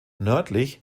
nördlich